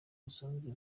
busanzwe